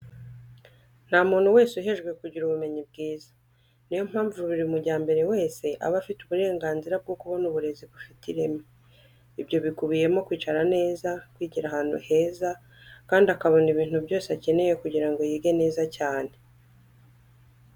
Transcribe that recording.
Nta muntu wese uhejwe kugira ubumenyi bwiza. Niyo mpamvu buri mujyambere wese afite uburenganzira bwo kubona uburezi bufite ireme. Ibyo bikubiyemo kwicara neza, kwigira ahantu heza, kandi akabona ibintu byose akeneye kugira ngo yige neza cyane.